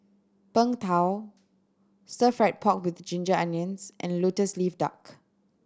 Png Tao Stir Fry pork with ginger onions and Lotus Leaf Duck